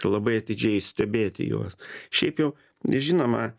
labai atidžiai stebėti juos šiaip jau žinoma